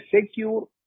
secure